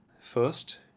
First